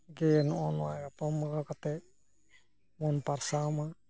ᱜᱮ ᱱᱚᱜᱼᱚ ᱱᱚᱣᱟ ᱜᱟᱯᱟᱞᱢᱟᱨᱟᱣ ᱠᱟᱛᱮ ᱵᱚᱱ ᱯᱟᱥᱱᱟᱣ ᱢᱟ